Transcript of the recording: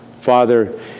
Father